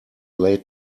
late